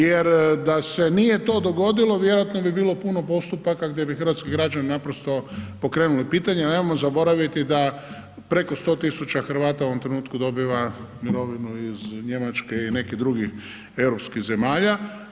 Jer da se nije to dogodilo vjerojatno bi bilo puno postupaka gdje bi hrvatski građani naprosto pokrenuli pitanje a nemojmo zaboraviti da preko 100 tisuća Hrvata u ovom trenutku dobiva mirovinu iz Njemačke i nekih drugih europskih zemalja.